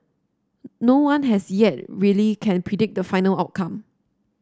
no one as yet really can predict the final outcome